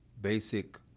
basic